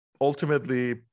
ultimately